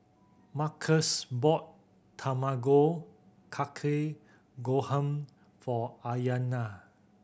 Markus bought Tamago Kake Gohan for Ayanna